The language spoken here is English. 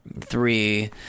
three